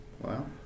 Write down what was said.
Wow